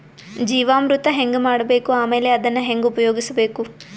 ಜೀವಾಮೃತ ಹೆಂಗ ಮಾಡಬೇಕು ಆಮೇಲೆ ಅದನ್ನ ಹೆಂಗ ಉಪಯೋಗಿಸಬೇಕು?